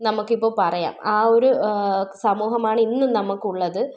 നമുക്കിപ്പോൾ പറയാം ആ ഒരു സമൂഹമാണ് ഇന്നും നമുക്കുള്ളത്